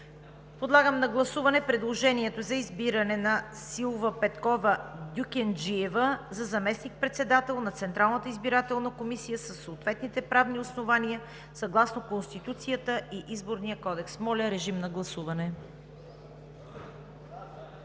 Подлагам на гласуване предложението за избиране на Кристина Цветославова Цанкова-Стефанова за заместник-председател на Централната избирателна комисия със съответните правни основния съгласно Конституцията и Изборния кодекс. Гласували